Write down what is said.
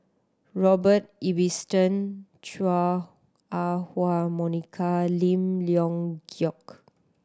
Robert Ibbetson Chua Ah Huwa Monica Lim Leong Geok